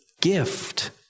gift